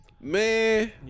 Man